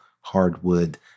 hardwood